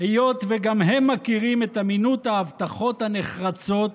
היות שגם הם מכירים את אמינות ההבטחות הנחרצות